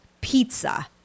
pizza